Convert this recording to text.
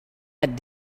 had